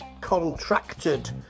contracted